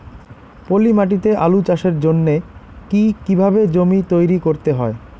পলি মাটি তে আলু চাষের জন্যে কি কিভাবে জমি তৈরি করতে হয়?